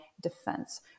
defense